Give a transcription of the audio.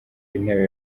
w’intebe